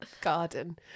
garden